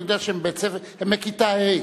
אני יודע שהם מכיתה ה'